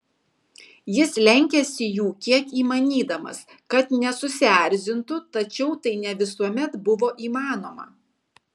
jis lenkėsi jų kiek įmanydamas kad nesusierzintų tačiau tai ne visuomet buvo įmanoma